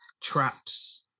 traps